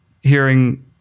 hearing